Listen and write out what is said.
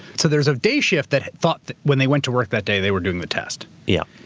so there's a day shift that thought that when they went to work that day, they were doing the test? yeah.